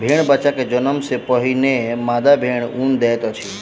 भेड़क बच्चा के जन्म सॅ पहिने मादा भेड़ ऊन दैत अछि